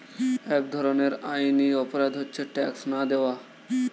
এক ধরনের আইনি অপরাধ হচ্ছে ট্যাক্স না দেওয়া